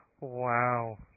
Wow